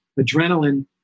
adrenaline